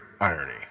irony